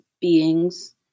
beings